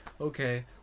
Okay